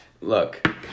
look